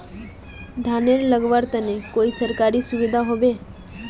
धानेर लगवार तने कोई सरकारी सुविधा होबे?